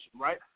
right